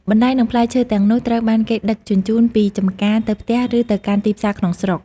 បន្លែនិងផ្លែឈើទាំងនោះត្រូវបានគេដឹកជញ្ជូនពីចំការទៅផ្ទះឬទៅកាន់ទីផ្សារក្នុងស្រុក។